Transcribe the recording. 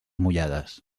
mullades